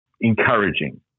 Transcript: encouraging